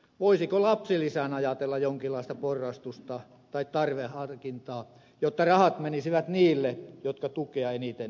voisiko lapsilisään ajatella jonkinlaista porrastusta tai tarvehankintaa jotta rahat menisivät niille jotka tukea eniten tarvitsevat